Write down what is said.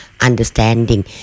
understanding